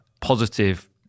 Positive